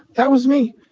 that was me,